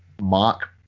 mock